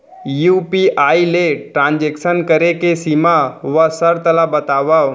UPI ले transaction करे के सीमा व शर्त ला बतावव?